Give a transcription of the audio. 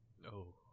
no